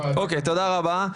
תודה רבה.